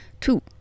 Two